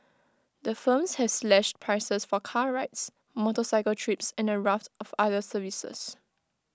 the firms have slashed prices for car rides motorcycle trips and A raft of other services